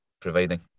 providing